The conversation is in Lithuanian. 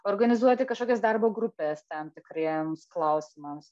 organizuoti kažkokias darbo grupes tam tikriems klausimams